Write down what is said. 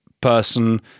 person